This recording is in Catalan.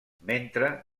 mentre